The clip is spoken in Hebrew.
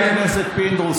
חבר הכנסת פינדרוס,